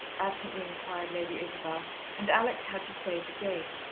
absently inquired lady isabel and alex had to say it again.